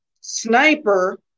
sniper